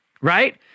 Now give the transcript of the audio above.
right